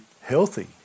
healthy